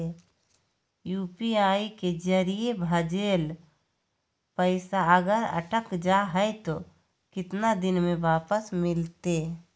UPI के जरिए भजेल पैसा अगर अटक जा है तो कितना दिन में वापस मिलते?